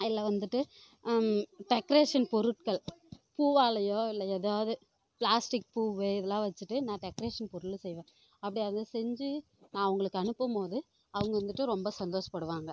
இல்லை வந்துவிட்டு டெக்ரேஷன் பொருட்கள் பூவாலையோ இல்லை எதாவது பிளாஸ்டிக் பூவு இதுலாம் வச்சிட்டு நான் டெக்ரேஷன் பொருள் செய்வேன் அப்படி அதை செஞ்சு நான் அவங்களுக்கு அனுப்பும்போது அவங்க வந்துவிட்டு ரொம்ப சந்தோஷப்படுவாங்க